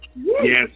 Yes